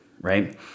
Right